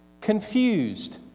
confused